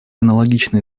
аналогичные